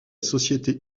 société